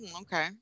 okay